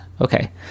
Okay